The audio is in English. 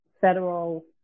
federal